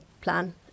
plan